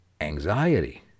anxiety